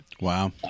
Wow